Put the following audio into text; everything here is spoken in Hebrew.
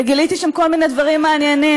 וגיליתי שם כל מיני דברים מעניינים.